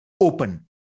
open